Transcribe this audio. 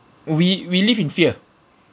we we live in fear